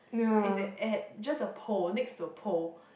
it's at just a pole next to a pole